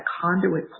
conduit